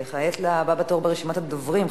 כעת לבא בתור ברשימת הדוברים,